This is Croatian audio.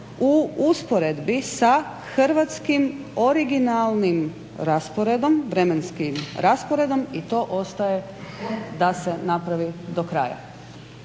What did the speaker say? u usporedbi sa hrvatskim originalnim rasporedom, vremenskim rasporedom i to ostaje da se napravi do kraja.